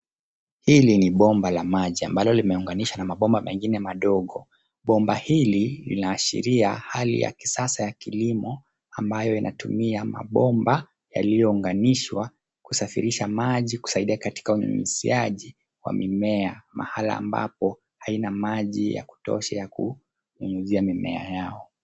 Hili ni bomba la maji ambalo limeunganishwa na mabomba mengine madogo. Bomba hili linaashiria hali ya kisasa ya kilimo ambayo inatumia mabomba yaliyounganishwa kusafirisha maji kusaidia katika unyunyiziaji wa mimea mahala ambapo haina maji ya kutosha ya kunyunyizia mimea yao.